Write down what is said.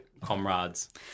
comrades